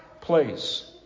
place